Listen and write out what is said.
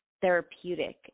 therapeutic